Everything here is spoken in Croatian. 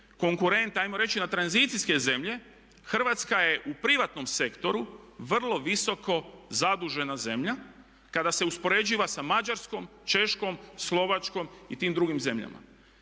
konkurente, hajmo reći na tranzicijske zemlje Hrvatska je u privatnom sektoru vrlo visoko zadužena zemlja kada se uspoređiva sa Mađarskom, Češkom, Slovačkom i tim drugim zemljama.